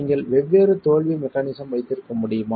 நீங்கள் வெவ்வேறு தோல்வி மெக்கானிசம் வைத்திருக்க முடியுமா